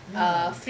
ya